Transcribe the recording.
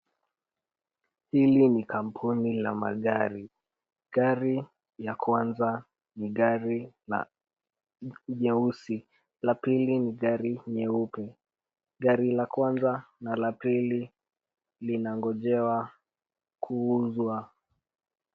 Hili ni kampuni la magari. Gari ya kwanza ni gari la jeusi, la pili ni gari nyeupe. Gari la kwanza na la pili linangojewa kuuzwa.